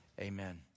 Amen